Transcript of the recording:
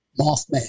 Mothman